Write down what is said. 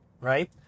right